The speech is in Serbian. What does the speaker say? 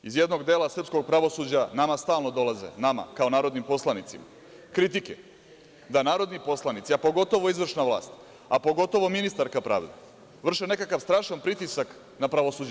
Iz jednog dela srpskog pravosuđa nama stalno dolaze, nama kao narodnim poslanicima, kritike da narodni poslanici, a pogotovo izvršna vlast, a pogotovo ministarka pravde, vrše nekakav strašan pritisak na pravosuđe.